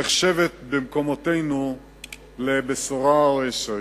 נחשבת במקומותינו לבשורה או הישג.